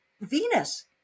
Venus